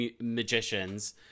magicians